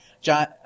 John